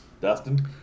Dustin